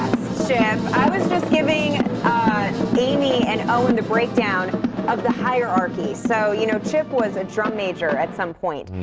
chip. i was just giving amy and owen the breakdown of the hierarchy. so you know chip was a drum major at some point.